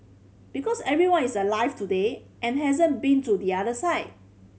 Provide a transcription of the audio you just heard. because everyone is alive today and hasn't been to the other side